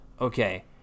okay